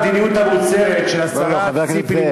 דקה.